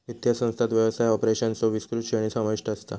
वित्तीय संस्थांत व्यवसाय ऑपरेशन्सचो विस्तृत श्रेणी समाविष्ट असता